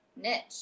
niche